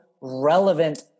relevant